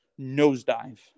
nosedive